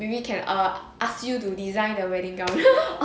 maybe can err ask you to design the wedding gown